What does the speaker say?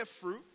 fruit